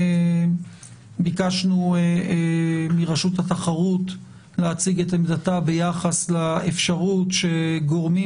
ביקשנו מרשות התחרות להציג את עמדתה לגבי האפשרות שגורמים